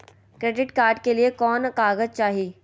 Credit card के लिए कौन कागज चाही?